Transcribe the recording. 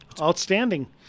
outstanding